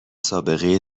سابقه